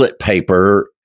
paper